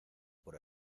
por